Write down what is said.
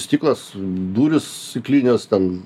stiklas durys stiklinės ten